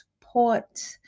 support